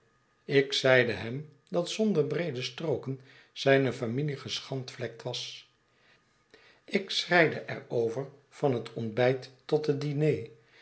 ik zeide hem dat zonder breede strooken zijne familie geschandvlekt was ik schreide er over van het ontbijt tot het diner